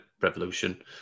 revolution